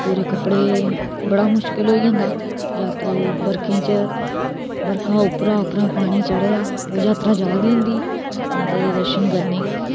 पूरे कपडे़ बड़ा् मुशकिल होई जंदा यात्रु बर्खे च बर्खा उप्परा पानी चढा दा हा यात्रा जारदी होंदी ही माता दे दर्शन करने गी